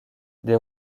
des